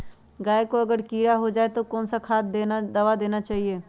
गाय को अगर कीड़ा हो जाय तो कौन सा दवा देना चाहिए?